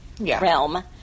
realm